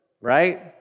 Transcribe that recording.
right